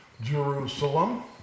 Jerusalem